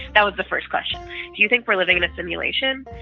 that was the first question. do you think we're living in a simulation?